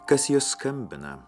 kas juo skambina